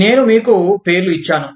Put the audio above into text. నేను మీకు పేర్లు ఇచ్చాను